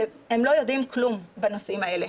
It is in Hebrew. והם לא יודעים כלום בנושאים האלה.